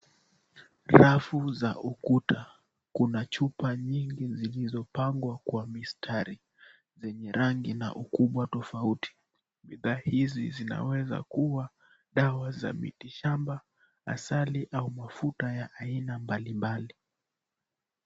Rafu za ukuta. Kuna chupa nyingi zilizopangwa kwa mistari. Zenye rangi na ukubwa tofauti. Na hizi zinaweza kuwa dawa za miti shamba, asali au mafuta ya aina mbalimbali.